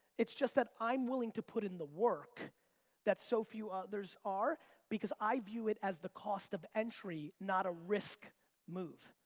it's just that i'm willing to put in the work that so few others are because i view it as the cost of entry, not a risk move.